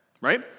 Right